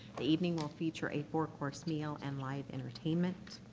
the evening will feature a four-course meal and live entertainment.